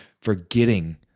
forgetting